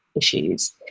issues